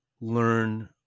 learn